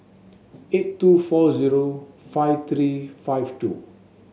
eight two four zero five three five two